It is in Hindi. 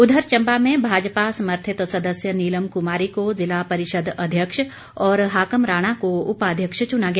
उधर चंबा में भाजपा समर्थित सदस्य नीलम कुमारी को जिला परिषद अध्यक्ष और हाकम राणा को उपाध्यक्ष चुना गया